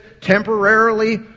temporarily